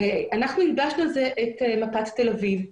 ואנחנו הלבשנו על זה את מפת תל אביב.